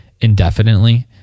indefinitely